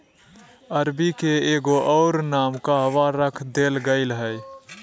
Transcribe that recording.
अरबी के एगो और नाम कहवा रख देल गेलय हें